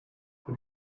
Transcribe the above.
have